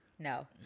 No